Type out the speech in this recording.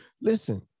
Listen